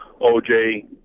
OJ